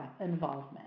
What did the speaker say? involvement